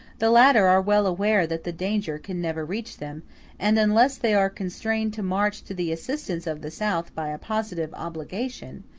the latter are well aware that the danger can never reach them and unless they are constrained to march to the assistance of the south by a positive obligation,